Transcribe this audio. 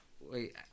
Wait